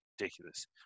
ridiculous